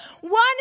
one